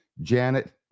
Janet